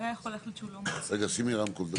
שימי רמקול.